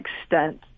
extent